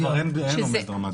אבל כרגע אין עומס דרמטי.